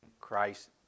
Christ